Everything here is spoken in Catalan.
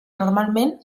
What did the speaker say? normalment